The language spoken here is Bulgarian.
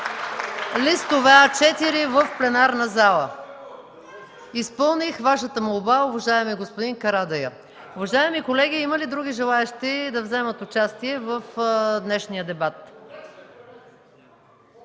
листове А-4 в пленарната зала. Изпълних Вашата молба, уважаеми господин Карадайъ. Уважаеми колеги, има ли други желаещи да вземат отношение в днешния дебат?